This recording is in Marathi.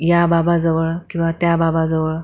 या बाबाजवळ किंवा त्या बाबाजवळ